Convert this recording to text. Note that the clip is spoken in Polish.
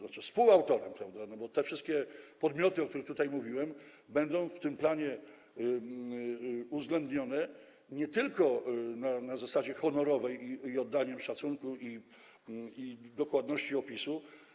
Znaczy współautorem, bo te wszystkie podmioty, o których tutaj mówiłem, będą w tym planie uwzględnione nie tylko na zasadzie honorowej i z oddaniem szacunku i dokładności opisu.